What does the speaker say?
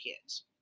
kids